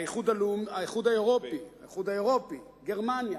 האיחוד האירופי, גרמניה,